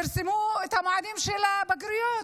פרסמו את המועדים של הבגרויות,